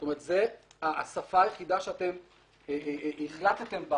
זאת אומרת, זאת השפה היחידה שהחלטתם בה